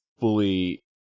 fully